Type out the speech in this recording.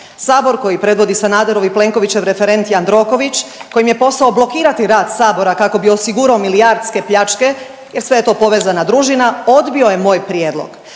Sabor koji predvodi Sanaderov i Plenkovićev referent Jandroković kojem je posao blokirati rad sabora kako bi osigurao milijardske pljačke jer sve je to povezana družina, odbio je moj prijedlog.